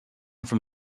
from